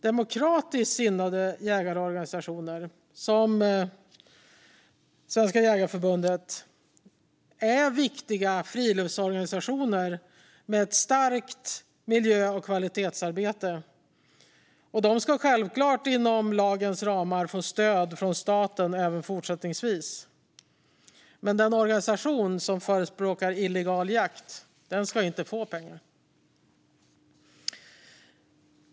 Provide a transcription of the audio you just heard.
Demokratiskt sinnade jägarorganisationer, som Svenska Jägareförbundet, är viktiga friluftsorganisationer som har ett starkt miljö och kvalitetsarbete. De ska självklart, inom lagens ramar, få stöd från staten även fortsättningsvis. Men en organisation som förespråkar illegal jakt ska inte få pengar.